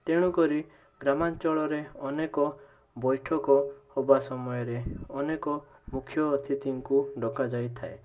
ତେଣୁକରି ଗ୍ରାମାଅଞ୍ଚଳରେ ଅନେକ ବୈଠକ ହେବା ସମୟରେ ଅନେକ ମୁଖ୍ୟ ଅତିଥିଙ୍କୁ ଡକାଯାଇଥାଏ